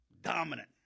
dominant